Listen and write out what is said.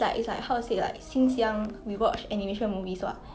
mm